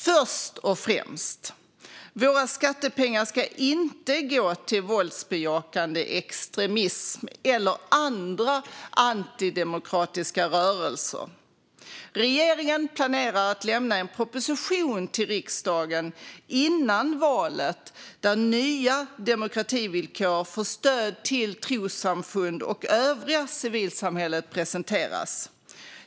Först och främst: Våra skattepengar ska inte gå till våldsbejakande extremism eller andra antidemokratiska rörelser. Regeringen planerar att lämna en proposition till riksdagen före valet där nya demokrativillkor för stöd till trossamfunden och övriga civilsamhället presenteras.